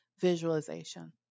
Visualization